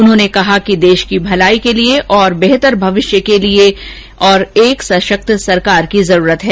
उन्होंने कहा कि देश की भलाई के लिए और बेहतर भविष्य के लिए और एक सशक्त सरकार की जरूरत है